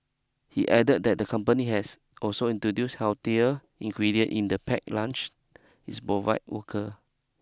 he added that the company has also introduce healthier ingredient in the pack lunch it's provide worker